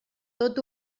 tot